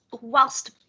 whilst